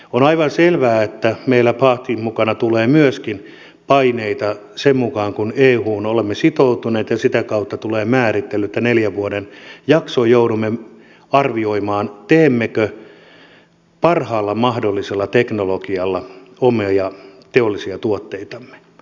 on aivan selvää että meillä batin mukana tulee myöskin paineita kun euhun olemme sitoutuneet ja sitä kautta tulee määrittely että neljän vuoden jakson kuluessa joudumme arvioimaan teemmekö parhaalla mahdollisella teknologialla omia teollisia tuotteitamme